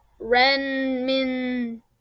Renmin